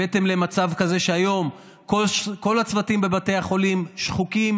הבאתם למצב כזה שהיום כל הצוותים בבתי החולים שחוקים,